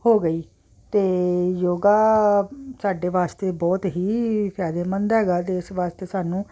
ਹੋ ਗਈ ਅਤੇ ਯੋਗਾ ਸਾਡੇ ਵਾਸਤੇ ਬਹੁਤ ਹੀ ਫ਼ਾਇਦੇਮੰਦ ਹੈਗਾ ਤਾਂ ਇਸ ਵਾਸਤੇ ਸਾਨੂੰ